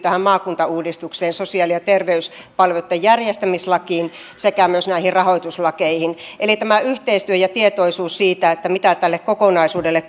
maakuntauudistukseen sosiaali ja terveyspalveluitten järjestämislakiin sekä myös näihin rahoituslakeihin eli tämä yhteistyö ja tietoisuus siitä mitä tälle kokonaisuudelle